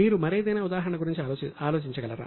మీరు మరేదైనా ఉదాహరణ గురించి ఆలోచించగలరా